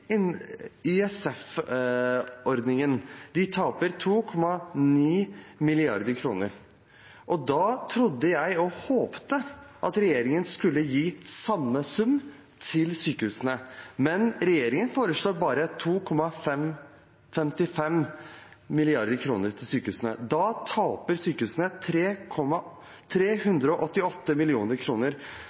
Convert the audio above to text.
taper 2,9 mrd. kr, og da trodde og håpet jeg at regjeringen skulle gi samme sum til sykehusene. Men regjeringen foreslår bare 2,55 mrd. kr til sykehusene. Da taper sykehusene